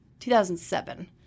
2007